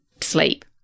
sleep